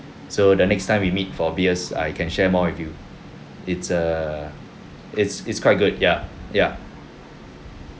so the next time we meet for beers I can share more with you it's uh it's it's quite good ya ya